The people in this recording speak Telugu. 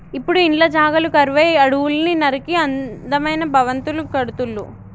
ఇప్పుడు ఇండ్ల జాగలు కరువై అడవుల్ని నరికి అందమైన భవంతులు కడుతుళ్ళు